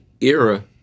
era